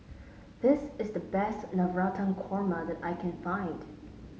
this is the best Navratan Korma that I can find